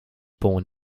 born